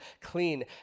clean